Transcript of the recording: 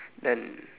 done